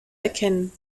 erkennen